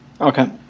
Okay